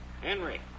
Henry